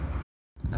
okay